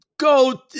Go